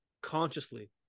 consciously